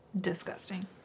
disgusting